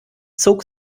zog